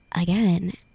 again